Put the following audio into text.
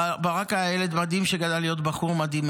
ברק היה ילד מדהים שגדל להיות בחור מדהים,